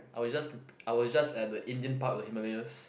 I was just I was just at the Indian part of Himalayas